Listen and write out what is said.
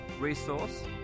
resource